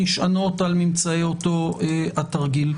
נשענות על ממצאי אותו תרגיל.